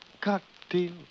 cocktail